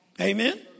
Amen